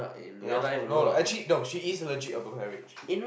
ya I should know lah actually no she is allergic to